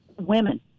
women